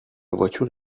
voiture